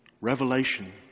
Revelation